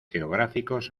geográficos